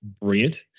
brilliant